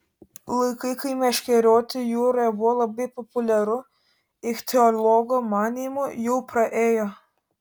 laikai kai meškerioti jūroje buvo labai populiaru ichtiologo manymu jau praėjo